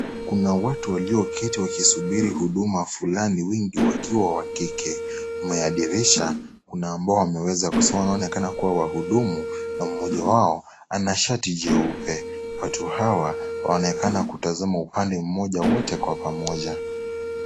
Kuna watu walioketi wakisubiri huduma fulani. Wengi wakiwa wa kike. Nyuma ya dirisha, kuna ambao wameweza kusimama wanaoonekana kuwa wahudumu na mmoja wao ana shati jeupe. Watu hawa, wanaonekana kutazama upande moja wote kwa pamoja.